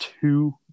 two